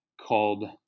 called